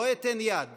לא אתן יד